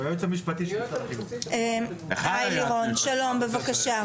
שיביאו לנו דוח.